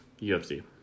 UFC